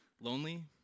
lonely